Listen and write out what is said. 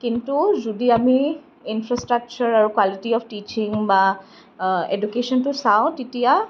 কিন্তু যদি আমি ইনফ্ৰাষ্ট্ৰকচাৰ আৰু কোৱালিটী অফ টিচিং বা এডুকেশ্বনটো চাওঁ তেতিয়া